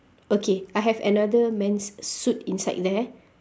okay I have another men's suit inside there